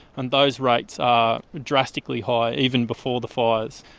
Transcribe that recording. and those rates are drastically high even before the fires.